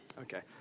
okay